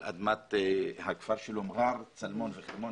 "צלמון" ו"חרמון"